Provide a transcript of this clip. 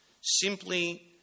simply